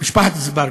משפחת אזברגה,